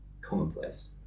commonplace